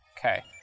Okay